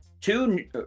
two